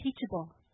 teachable